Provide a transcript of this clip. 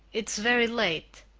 it's very late,